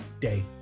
day